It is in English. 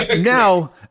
now